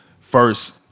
first